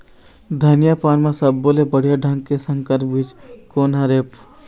धनिया पान म सब्बो ले बढ़िया ढंग के संकर बीज कोन हर ऐप?